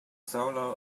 solo